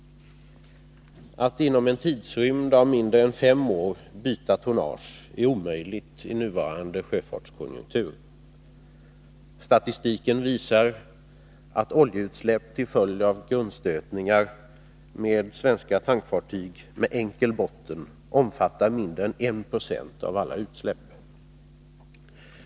Att inom en tidrymd av mindre än fem år byta tonnage är omöjligt i nuvarande sjöfartskonjunktur. Statistiken visar att oljeutsläpp till följd av grundstötningar med svenska tankfartyg med enkel botten omfattar mindre än 1 26 av alla utsläpp.